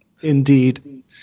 Indeed